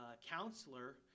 counselor